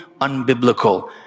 unbiblical